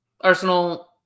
Arsenal